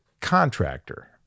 contractor